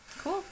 Cool